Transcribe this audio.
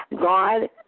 God